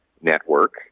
network